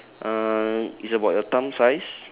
um it's about your thumb size